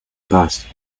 passed